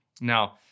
Now